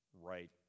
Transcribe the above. right